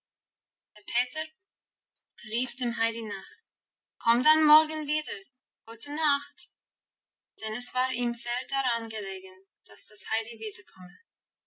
rief dem heidi nach komm dann morgen wieder gute nacht denn es war ihm sehr daran gelegen dass das heidi